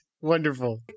Wonderful